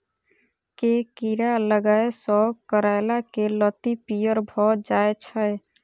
केँ कीड़ा लागै सऽ करैला केँ लत्ती पीयर भऽ जाय छै?